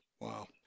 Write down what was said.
Wow